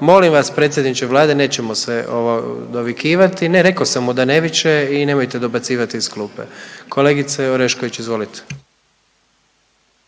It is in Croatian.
Molim vas, predsjedniče Vlade, nećemo se ovaj, dovikivati, ne, rekao sam mu da ne viče i nemojte dobacivati iz klupe. Kolegice Orešković, izvolite.